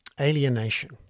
alienation